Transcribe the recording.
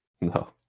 no